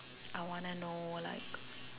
I want to know like